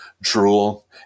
drool